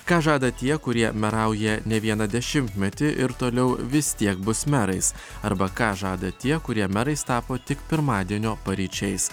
ką žada tie kurie merauja ne vieną dešimtmetį ir toliau vis tiek bus merais arba ką žada tie kurie merais tapo tik pirmadienio paryčiais